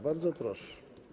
Bardzo proszę.